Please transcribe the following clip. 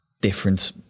different